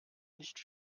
nicht